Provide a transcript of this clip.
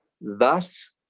thus